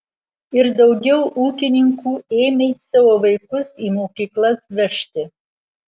ir daugiau ūkininkų ėmė savo vaikus į mokyklas vežti